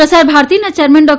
પ્રસાર ભારતીના ચેરમેન ડો